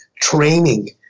training